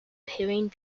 pairing